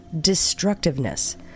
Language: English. destructiveness